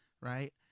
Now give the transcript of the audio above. right